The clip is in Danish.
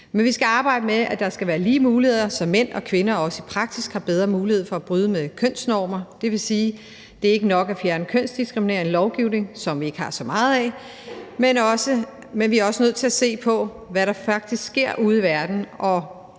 Men vi skal arbejde med, at der skal være lige muligheder, så mænd og kvinder også i praksis har bedre mulighed for at bryde med kønsnormer. Det vil sige, at det ikke er nok at fjerne kønsdiskriminerende lovgivning, som vi ikke har så meget af, men vi er også nødt til at se på, hvad der faktisk sker ude i verden. Og